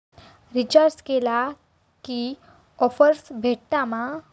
Recharge केला की offers भेटात मा?